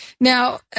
Now